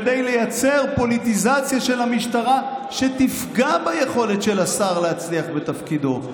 כדי לייצר פוליטיזציה של המשטרה שתפגע ביכולת של השר להצליח בתפקידו.